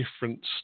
different